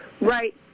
Right